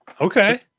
Okay